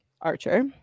Archer